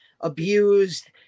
abused